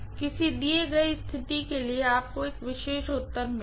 किसी दिए गए स्थिति के लिए आपको एक विशेष उत्तर मिलेगा